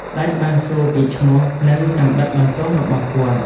ស្ដេចបានសួរពីឈ្មោះ និងកាំបិតបន្ទោះរបស់គាត់។